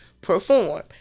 perform